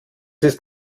ist